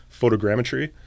photogrammetry